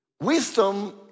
Wisdom